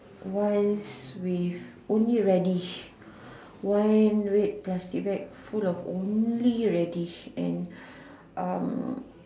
once with only radish one red plastic bag full of only radish and um